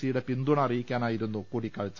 C യുടെ പിന്തുണ അറിയിക്കാനായിരുന്നു കൂടിക്കാ ഴ് ച